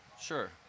Sure